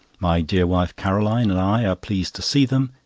my dear wife caroline and i are pleased to see them,